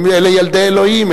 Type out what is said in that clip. אלה ילדי אלוהים,